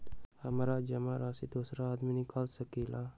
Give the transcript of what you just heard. हमरा जमा राशि दोसर आदमी निकाल सकील?